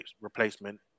replacement